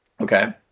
Okay